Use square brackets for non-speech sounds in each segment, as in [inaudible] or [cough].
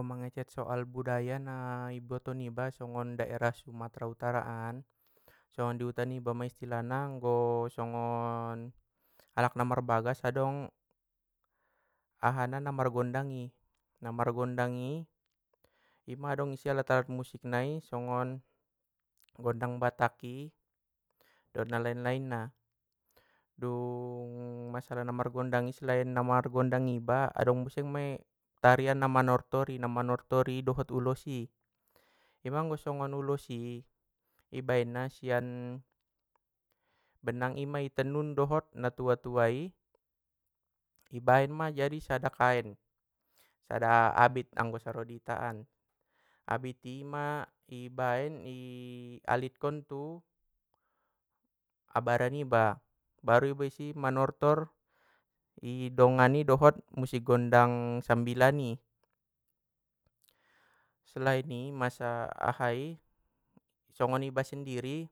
Mangecek soal budaya na i boto niba songon daerah sumatra utara an songon di huta niba ma istilahna anggo songon [hesitation] alak na marbagas adong ahana na margondang i?, na margondangi ima adong isi alat alat musik nai songon, gondang batak i dot na lain lain na, dung [hesitation] masalah na margondang i selain namargondangiba, adong muse mei tarianna na manortori namanortori dot ulos i, deba anggo songon ulos i ibaenna sian benang ima i tenun dohot na tua tua i, ibaen ma jadi sada kaen, sada abit anggo saro i ita an, abit ima ibaen i alitkon tu abara niba, baru iba isi manortor i dongani dohot musik gondang sambilan i. Selain i masa aha i, songon iba sendiri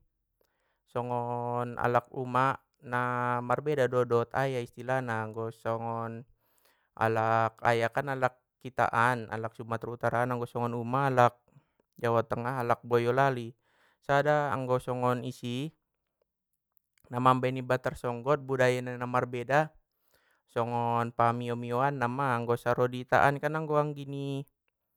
songon alak umak na [hesitation] marbeda dot ayah istilahna anggo songon, alak ayah kan alak ita an alak sumatra utara an, anggo songon umak alak jawa tengah alak boyolali, sada anggo songon i si, na mambaen iba tar songgot budaya nai na marbeda songon pamio pamioan na ma anggo saro i ita an kan anggi ni.